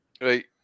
Right